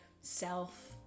self